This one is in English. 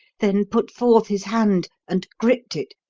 then put forth his hand and gripped it,